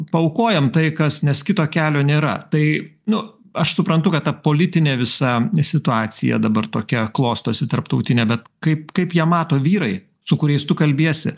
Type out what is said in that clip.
paaukojom tai kas nes kito kelio nėra tai nu aš suprantu kad ta politinė visa situacija dabar tokia klostosi tarptautinė bet kaip kaip ją mato vyrai su kuriais tu kalbiesi